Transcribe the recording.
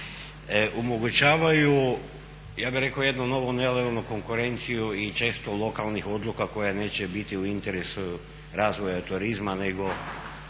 bih rekao jednu novu nelojalnu konkurenciju i često lokalnih odluka koje neće biti u interesu razvoja turizma nego